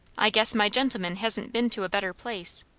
i guess my gentleman hasn't been to a better place.